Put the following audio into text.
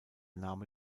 name